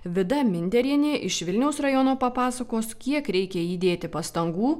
vida minderienė iš vilniaus rajono papasakos kiek reikia įdėti pastangų